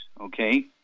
okay